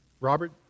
Robert